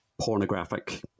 pornographic